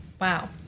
Wow